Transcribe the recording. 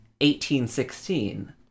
1816